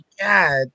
God